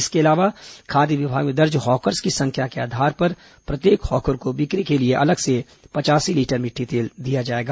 इसके अलावा खाद्य विभाग में दर्ज हॉकर्स की संख्या के आधार पर प्रत्येक हॉकर को बिक्री के लिए अलग से पचासी लीटर मिट्टी तेल दिया जाएगा